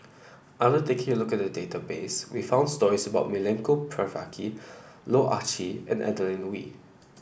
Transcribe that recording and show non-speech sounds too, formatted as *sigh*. *unintelligible* taking a look at the database we found stories about Milenko Prvacki Loh Ah Chee and Adeline Ooi